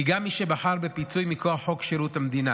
גם מי שבחר בפיצוי מכוח חוק שירות המדינה